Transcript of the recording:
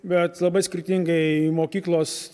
bet labai skirtingai mokyklos